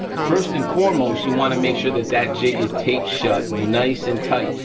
first and foremost, you wanna make sure that that jig is tape shut nice and tight,